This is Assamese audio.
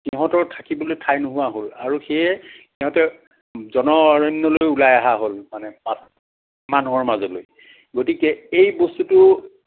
সিহঁতৰ থাকিবলৈ ঠাই নোহোৱা হ'ল আৰু সেয়ে সিহঁতে জনঅৰণ্যলৈ ওলাই অহা হ'ল মানে মা মানুহৰ মাজলৈ গতিকে এই বস্তুটো